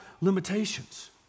limitations